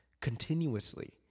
continuously